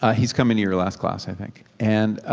ah he's coming to your last class, i think. and